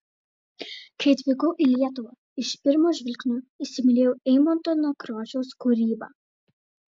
kai atvykau į lietuvą iš pirmo žvilgsnio įsimylėjau eimunto nekrošiaus kūrybą